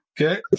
Okay